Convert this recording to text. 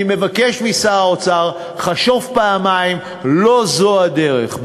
אני מבקש משר האוצר, חשוב פעמיים, לא זו הדרך.